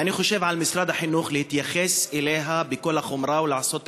ואני חושב שעל משרד החינוך להתייחס אליה בכל החומרה ולעשות הכול,